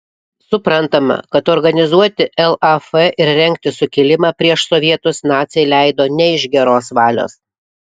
suprantama kad organizuoti laf ir rengti sukilimą prieš sovietus naciai leido ne iš geros valios